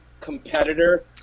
competitor